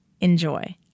Enjoy